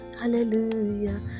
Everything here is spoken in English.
hallelujah